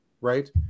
right